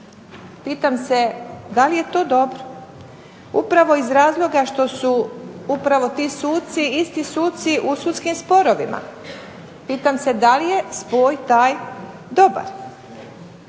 Pitam se da li je to dobro upravo iz razloga što su upravo ti suci isti suci u sudskim sporovima. Pitam se da li je spoj taj dobar?